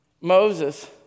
Moses